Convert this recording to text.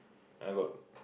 I got